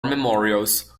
memorials